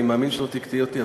אני מאמין שלא תקטעי אותי.